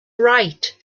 right